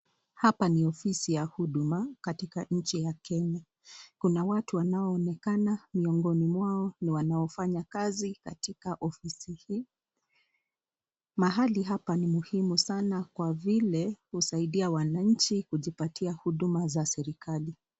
Hapa ni ofisi ya huduma katika nchi ya Kenya. Kuna watu wanaoonekana, miongoni mwao ni wanaofanya kazi katika ofisi hii. Mahali hapa ni muhimu sana kwa vile husaidia wananchi kujipatia huduma za serikali.